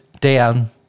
down